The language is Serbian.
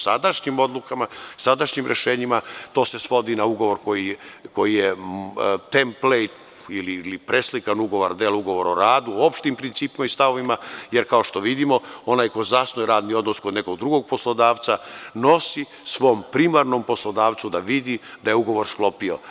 Sadašnjim odlukama, sadašnjim rešenjima, to se svodi na ugovor koji je templej ili preslikan ugovor deo ugovora o radu, o opštim principima i stavovima, jer kao što vidimo, onaj ko zasnuje radni odnos kod nekog drugog poslodavca, nosi svom primarnom poslodavcu da vidi da je ugovor sklopio.